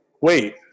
wait